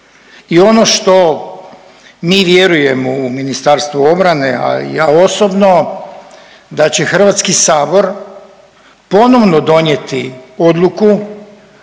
I ono što mi vjerujemo u Ministarstvo obrane, a i ja osobno da će HS ponovno donijeti odluku